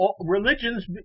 religions